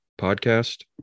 podcast